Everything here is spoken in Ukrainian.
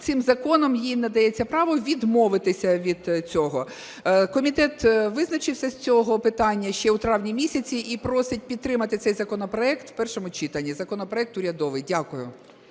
цим законом їй надається право відмовитися від цього. Комітет визначився з цього питання ще у травні місяці і просить підтримати цей законопроект в першому читанні, законопроект урядовий. Дякую.